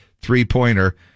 three-pointer